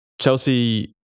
Chelsea